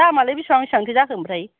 दामा लाय बेसिबां बेसिबां थो जाखो ओमफ्राय